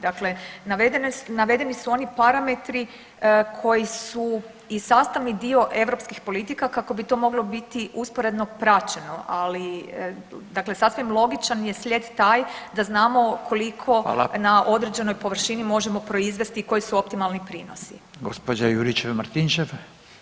Dakle, navedeni su oni parametri koji su i sastavni dio europskih politika kako bi to moglo biti usporedno praćeno, ali dakle sasvim logičan je slijed taj da znamo koliko [[Upadica: Hvala.]] na određenoj površini možemo proizvesti i koji su optimalni prinosi.